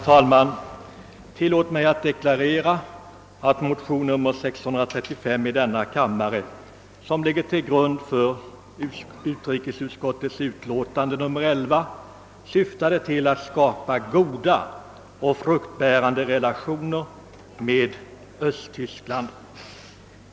Herr talman! Den motion, II: 635, som nu behandlas syftade till att skapa goda och fruktbärande relationer med Östtyskland.